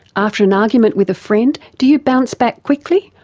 after an argument with a friend do you bounce back quickly,